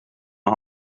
een